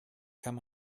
kann